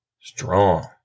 strong